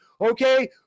okay